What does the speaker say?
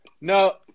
No